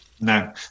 No